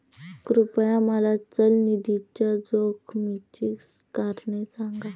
कृपया मला चल निधीच्या जोखमीची कारणे सांगा